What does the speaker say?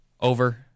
Over